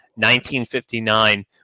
1959